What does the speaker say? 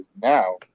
now